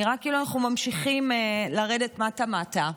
נראה כאילו אנחנו ממשיכים לרדת מטה-מטה,